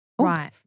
Right